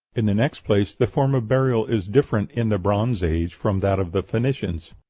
in the next place, the form of burial is different in the bronze age from that of the phoenicians.